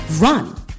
run